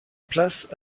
place